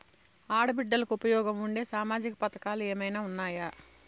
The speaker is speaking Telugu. ఆడ బిడ్డలకు ఉపయోగం ఉండే సామాజిక పథకాలు ఏమైనా ఉన్నాయా?